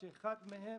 שאחד מהם